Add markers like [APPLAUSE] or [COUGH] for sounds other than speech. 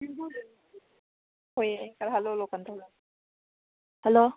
[UNINTELLIGIBLE] hello